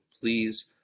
Please